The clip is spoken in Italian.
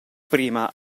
prima